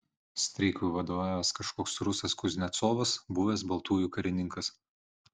streikui vadovavęs kažkoks rusas kuznecovas buvęs baltųjų karininkas